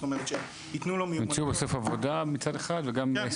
זאת אומרת --- ימצאו עבודה מצד אחד וגם,